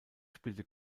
spielte